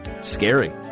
Scary